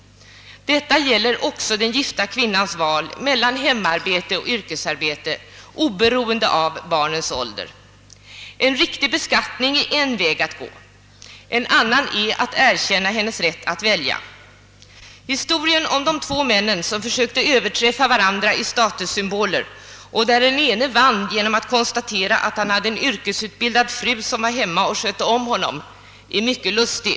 Detta gäller också den gifta kvinnans val mellan hemarbete och yrkesarbete oberoende av barnens ålder. En riktig beskattning är därvid en av vägarna. En annan är att erkänna kvinmans rätt att välja. Historien om de två männen som försökte överträffa varandra i statussymboler och där den ene vann genom att konstatera att han hade en yrkesutbildad fru som var hemma och skötte om honom är mycket lustig.